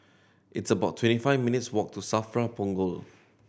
it's about twenty five minutes' walk to SAFRA Punggol